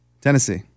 Tennessee